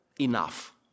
enough